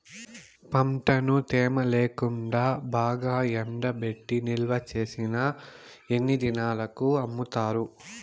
పంటను తేమ లేకుండా బాగా ఎండబెట్టి నిల్వచేసిన ఎన్ని దినాలకు అమ్ముతారు?